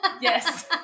Yes